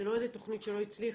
זו לא איזו תוכנית שלא הצליחה.